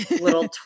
little